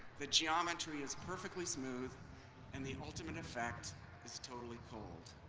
the geometry is perfectly smooth and the ultimate effect is totally cold.